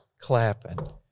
clapping